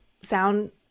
sound